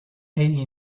egli